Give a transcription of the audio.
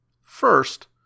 First